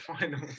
final